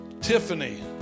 Tiffany